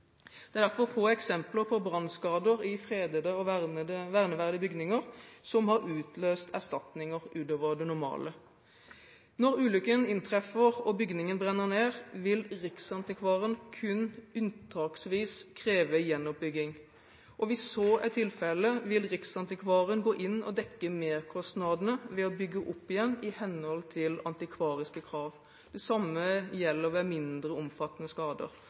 Det er derfor få eksempler på brannskader i fredete og verneverdige bygninger som har utløst erstatninger utover det normale. Når ulykken inntreffer, og bygningen brenner ned, vil Riksantikvaren kun unntaksvis kreve gjenoppbygning. Hvis så er tilfellet, vil Riksantikvaren gå inn og dekke merkostnadene ved å bygge opp igjen i henhold til antikvariske krav. Det samme gjelder ved mindre omfattende skader.